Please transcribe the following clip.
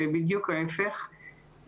בדיוק ההפך.